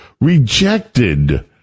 rejected